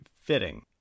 fitting